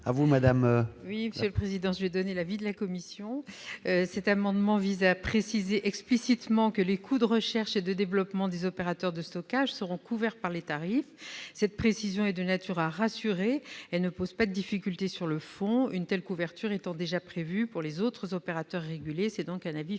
régulés. Quel est l'avis de la commission ? Cet amendement vise à préciser explicitement que les coûts de recherche et de développement des opérateurs de stockage seront couverts par les tarifs. Cette précision est de nature à rassurer et ne pose pas de difficulté sur le fond, une telle couverture étant déjà prévue pour les autres opérateurs régulés. L'avis est donc favorable.